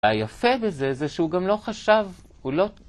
‫והיפה בזה זה שהוא גם לא חשב, ‫הוא לא...